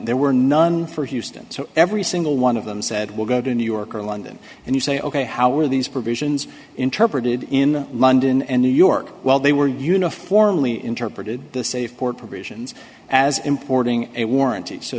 there were none for houston so every single one of them said will go to new york or london and you say ok how are these provisions interpreted in london and new york well they were uniformly interpreted the safe port provisions as importing a warranty so